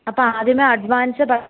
അപ്പോൾ ആദ്യമേ അഡ്വാൻസ് പത്